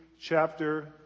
chapter